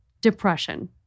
depression